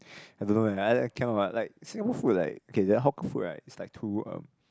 I don't leh I I cannot what like Singapore food like okay then hawker food right is like too uh